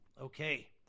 Okay